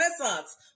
Renaissance